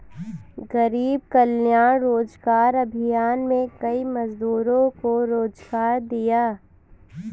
गरीब कल्याण रोजगार अभियान में कई मजदूरों को रोजगार दिया